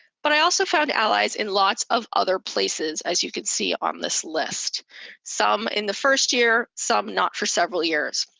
but i also found allies in lots of other places, as you can see on this list some in the first year, some not for several years.